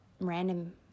random